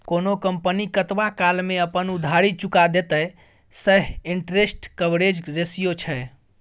कोनो कंपनी कतबा काल मे अपन उधारी चुका देतेय सैह इंटरेस्ट कवरेज रेशियो छै